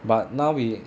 but now we